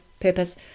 purpose